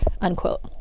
unquote